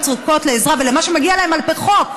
זקוקות לעזרה ולמה שמגיע להן על פי חוק.